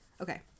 Okay